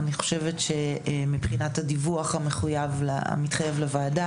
אני חושבת שמבחינת הדיווח המתחייב לוועדה